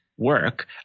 work